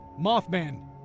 Mothman